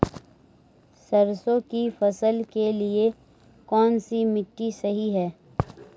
सरसों की फसल के लिए कौनसी मिट्टी सही हैं?